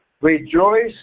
Rejoice